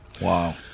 Wow